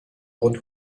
rund